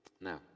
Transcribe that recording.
Now